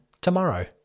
tomorrow